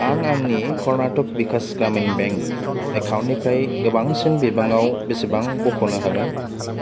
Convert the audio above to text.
आं आंनि कर्नाटक विकास ग्रामिन बेंक एकाउन्टनिफ्राय गोबांसिन बिबाङाव बेसेबां बख'नो हागोन